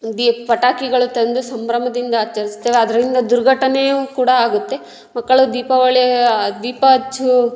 ದೀಪ ಪಟಾಕಿಗಳು ತಂದು ಸಂಭ್ರಮದಿಂದ ಆಚರಿಸ್ತೇವೆ ಅದರಿಂದ ದುರ್ಘಟನೆಯೂ ಕೂಡ ಆಗುತ್ತೆ ಮಕ್ಕಳು ದೀಪಾವಳೀ ದೀಪ ಹಚ್ಚೂ